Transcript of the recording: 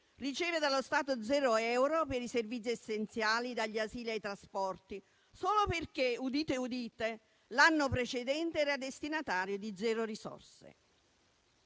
riceve dallo Stato zero euro per i servizi essenziali, dagli asili ai trasporti, solo perché - udite, udite - l'anno precedente era destinatario di zero risorse.